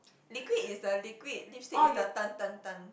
liquid is the liquid lipstick is the turn turn turn